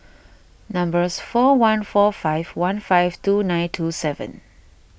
numbers four one four five one five two nine two seven